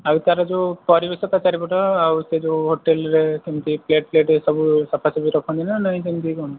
ଆଉ ତା'ର ଯୋଉ ପରିବେଶ ତା ଚାରିପଟ ଆଉ ସେ ଯୋଉ ହୋଟେଲ୍ରେ କେମିତି ପ୍ଲେଟ୍ଫ୍ଲେଟ୍ ଏ ସବୁ ସଫାସଫି ରଖନ୍ତିନା ନାଇ କେମିତି କ'ଣ